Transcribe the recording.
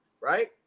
right